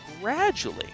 gradually